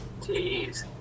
Jeez